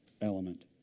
element